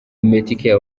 metkel